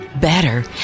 better